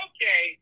Okay